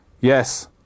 yes